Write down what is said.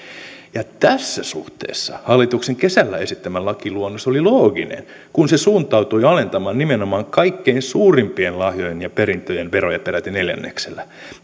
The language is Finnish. ja tässä suhteessa hallituksen kesällä esittämä lakiluonnos oli looginen kun se suuntautui alentamaan nimenomaan kaikkein suurimpien lahjojen ja perintöjen veroja peräti neljänneksellä